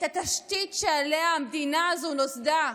את התשתית שעליה המדינה הזו נוסדה.